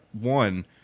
one